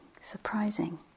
Surprising